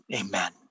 amen